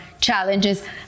challenges